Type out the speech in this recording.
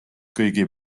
kõigi